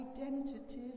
identities